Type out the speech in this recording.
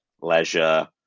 leisure